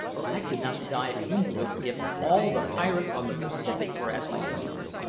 for i could not dive into it if all the pirates on the pacific were at my heels.